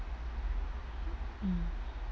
mm